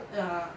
ya